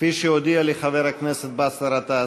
כפי שהודיע לי חבר הכנסת באסל גטאס.